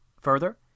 Further